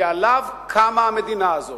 שעליו קמה המדינה הזאת,